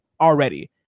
already